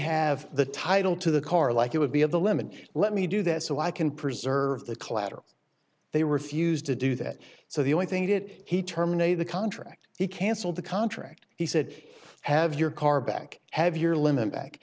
have the title to the car like it would be of the limit let me do that so i can preserve the collateral they refused to do that so the only thing did he terminate the contract he cancelled the contract he said you have your car back have your limit back